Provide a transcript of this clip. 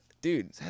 Dude